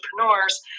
entrepreneurs